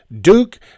Duke